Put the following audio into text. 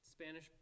Spanish